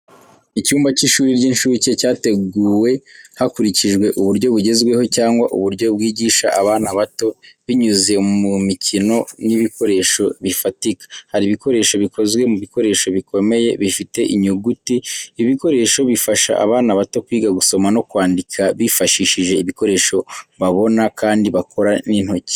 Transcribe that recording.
Icyumba cy'ishuri ry'incuke cyateguwe hakurikijwe uburyo bugezweho cyangwa uburyo bwigisha abana bato binyuze mu mikino n'ibikoresho bifatika. Hari ibikoresho bikozwe mu bikoresho bikomeye bifite inyuguti. Ibi bikoresho bifasha abana bato kwiga gusoma no kwandika bifashishije ibikoresho babona kandi bakora n'intoki.